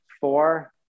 four